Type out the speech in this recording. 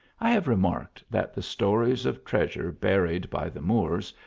i have remarked that the stories of treasure buried by the moors,